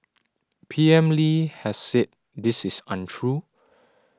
P M Lee has said this is untrue